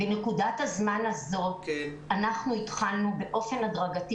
בנקודת הזמן הזו אנחנו התחלנו באופן הדרגתי